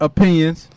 Opinions